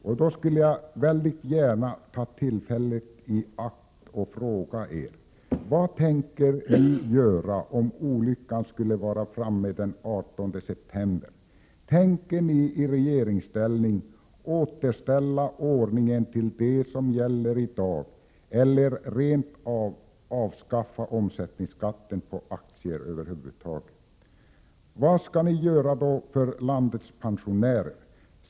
Jag skulle därför vilja ta tillfället i akt och fråga er borgerliga företrädare vad ni tänker göra, om olyckan skulle vara framme den 18 september. Tänker ni i regeringsställning återställa ordningen till den som gäller i dag, eller tänker ni rent av avskaffa omsättningsskatten på aktier över huvud taget? Vad skall ni göra för landets pensionärer?